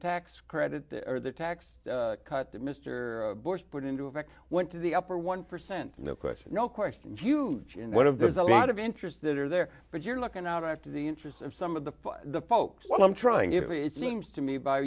tax credit or the tax cut that mr bush put into effect went to the upper one percent no question no questions huge and one of there's a lot of interest that are there but you're looking out after the interests of some of the the folks what i'm trying you know it seems to me by